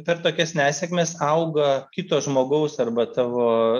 per tokias nesėkmes auga kito žmogaus arba tavo